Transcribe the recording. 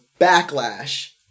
Backlash